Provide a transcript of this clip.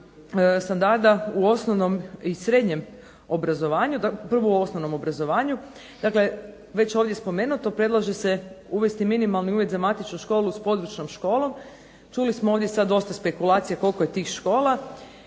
izmjena standarda u osnovnom i srednjem obrazovanju, prvo u osnovnom obrazovanju. Dakle, već je ovdje spomenuto predlaže se uvesti minimalni uvjet za matičnu školu s područnom školom. Čuli smo ovdje sad dosta spekulacija koliko je tih škola.